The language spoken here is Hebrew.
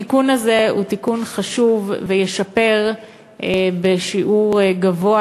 התיקון הזה הוא תיקון חשוב, הוא ישפר בשיעור גבוה